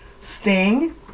Sting